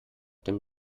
dem